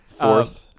Fourth